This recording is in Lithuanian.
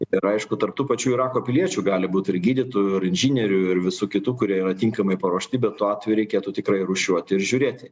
ir aišku tarp tų pačių irako piliečių gali būt ir gydytojų ir inžinierių ir visų kitų kurie yra tinkamai paruošti bet tuo atveju reikėtų tikrai rūšiuoti ir žiūrėti